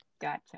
Gotcha